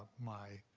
my